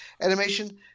animation